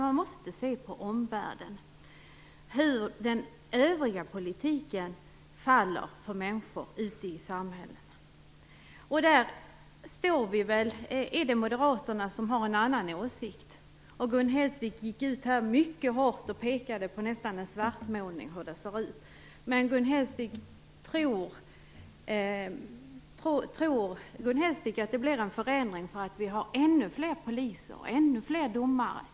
Man måste se på omvärlden och hur den övriga politiken faller ut för människor ute i samhällena. Moderaterna har en annan åsikt. Gun Hellsvik gick ut mycket hårt och gjorde nästan en svartmålning av hur det ser ut. Tror Gun Hellsvik att det blir en förändring för att vi skaffar ännu fler poliser och ännu fler domare?